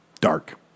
dark